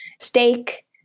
steak